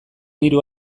hiru